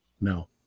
No